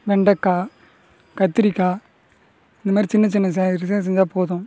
வெண்டக்காய் கத்திரிக்காய் இந்த மாதிரி சின்ன சின்ன செஞ்சால் போதும்